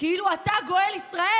כאילו אתה גואל ישראל.